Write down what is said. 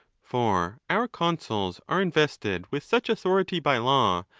for our consuls are invested with such authority by law,